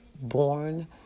born